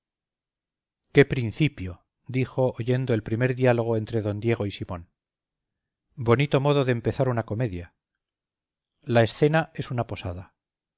qué principio dijo oyendo el primer diálogo entre d diego y simón bonito modo de empezar una comedia la escena es una posada